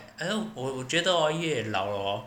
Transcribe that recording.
I do~ 我觉得 hor 越老了 hor